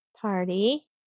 Party